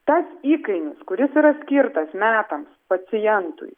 tas įkainis kuris yra skirtas metams pacientui